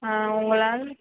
உங்களால்